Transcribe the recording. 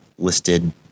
listed